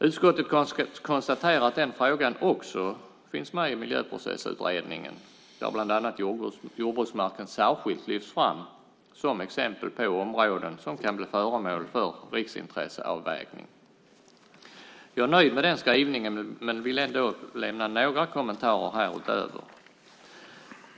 Utskottet konstaterar att den frågan också finns med i Miljöprocessutredningen, där bland annat jordbruksmarken särskilt lyfts fram som exempel på områden som kan bli föremål för riksintresseavvägning. Jag är nöjd med den skrivningen men vill ändå lämna några kommentarer härutöver.